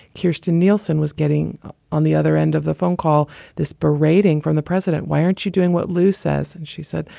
here's nielsen, was getting on the other end of the phone call this berating from the president. why aren't you doing what lou says? and she said,